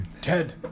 Ted